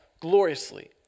gloriously